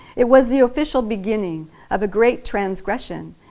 it was the official beginning of a great transgression,